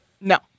no